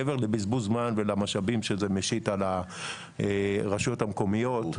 מעבר לבזבוז זמן ולמשאבים שזה משיט על הרשויות המקומיות,